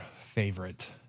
favorite